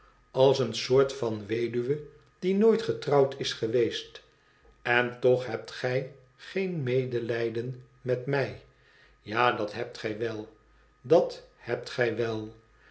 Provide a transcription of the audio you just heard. als eene soort van weduwe die nooit getrouwd is geweest en toch hebt gij geen medelijden met mij ja dat hebt gij wèl dat hebt gij wèir